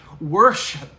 worship